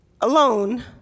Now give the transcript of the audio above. alone